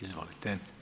Izvolite.